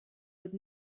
would